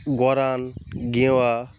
গরান গেঁওয়া